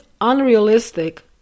unrealistic